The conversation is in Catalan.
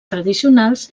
tradicionals